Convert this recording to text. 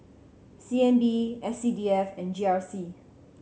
C N B S C D F and G R C